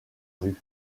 rue